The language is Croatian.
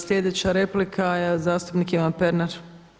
Sljedeća replika zastupnik Ivan Pernar.